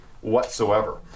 whatsoever